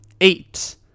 Eight